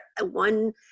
one